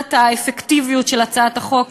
לבחינת האפקטיביות של הצעת החוק,